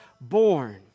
born